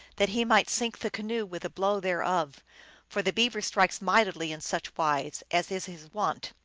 that he might sink the canoe with a blow thereof for the beaver strikes mightily in such wise, as is his wont.